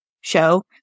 show